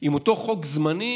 עם אותו חוק זמני,